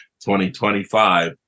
2025